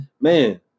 man